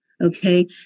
okay